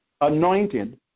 anointed